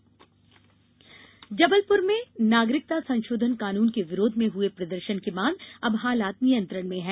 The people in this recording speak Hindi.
कानून विरोध जबलपुर में नागरिकता संशोधन कानून के विरोध में हुए प्रदर्शन के बाद अब हालात नियंत्रण में हैं